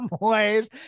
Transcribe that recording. ways